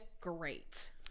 great